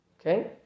Okay